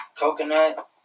coconut